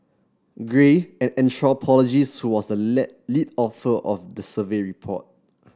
gray an anthropologist who was the led lead author of the survey report